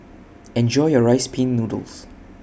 Enjoy your Rice Pin Noodles